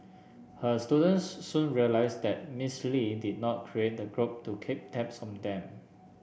her students soon realised that Miss Lee did not create the group to keep tabs on them